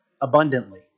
abundantly